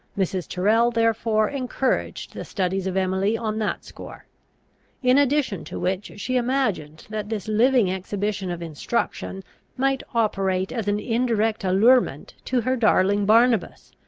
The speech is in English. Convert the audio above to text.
mrs. tyrrel therefore encouraged the studies of emily on that score in addition to which she imagined that this living exhibition of instruction might operate as an indirect allurement to her darling barnabas,